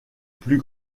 plus